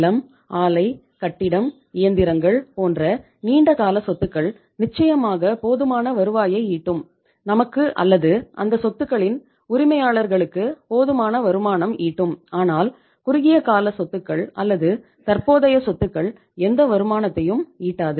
நிலம் ஆலை கட்டிடம் இயந்திரங்கள் போன்ற நீண்ட கால சொத்துக்கள் நிச்சயமாக போதுமான வருவாயை ஈட்டும் நமக்கு அல்லது அந்த சொத்துக்களின் உரிமையாளர்களுக்கு போதுமான வருமானம் ஈட்டும் ஆனால் குறுகிய கால சொத்துக்கள் அல்லது தற்போதைய சொத்துக்கள் எந்த வருமானத்தையும் ஈட்டாது